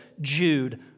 Jude